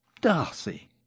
Darcy